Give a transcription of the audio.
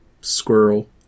squirrel